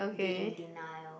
be in denial